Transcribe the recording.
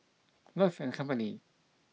Love and Company